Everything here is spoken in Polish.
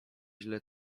źle